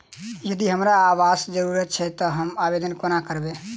यदि हमरा आवासक जरुरत छैक तऽ हम आवेदन कोना करबै?